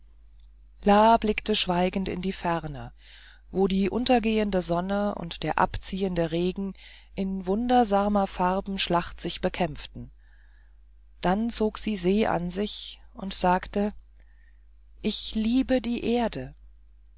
la blickte schweigend in die ferne wo die untergehende sonne und der abziehende regen in wundersamer farbenschlacht sich bekämpften dann zog sie se an sich und sagte ich liebe die erde